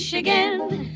again